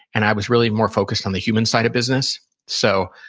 and i was really more focused on the human side of business so,